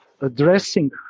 addressing